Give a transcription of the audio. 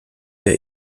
der